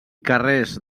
carrers